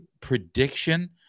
prediction